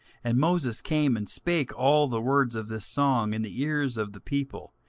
and moses came and spake all the words of this song in the ears of the people,